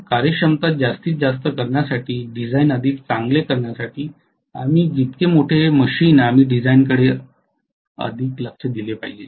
कारण कार्यक्षमता जास्तीत जास्त करण्यासाठी डिझाइन अधिक चांगले करण्यासाठी आम्ही जितके मोठे मशीन आम्ही डिझाइनकडे अधिक लक्ष दिले